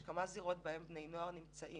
יש כמה זירות בהם בני נוער נמצאים.